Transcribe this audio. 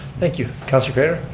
thank you. councilor craitor?